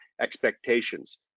expectations